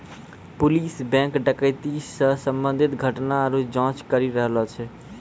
police bank डकैती से संबंधित घटना रो जांच करी रहलो छै